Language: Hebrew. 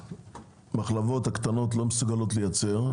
שהמחלבות הקטנות לא מסוגלות לייצר,